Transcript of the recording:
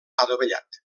adovellat